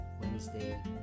Wednesday